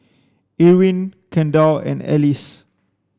Irwin Kendall and Alyce